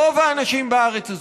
רוב האנשים בארץ הזו,